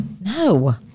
no